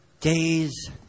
days